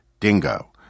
Dingo